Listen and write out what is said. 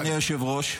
אדוני היושב-ראש?